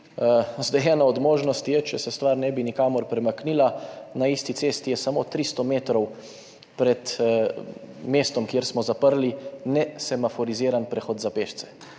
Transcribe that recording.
Ena od možnosti je, če se stvar ne bi nikamor premaknila, na isti cesti je samo 300 metrov pred mestom, kjer smo zaprli, nesemaforiziran prehod za pešce.